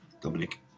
Dominic